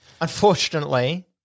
Unfortunately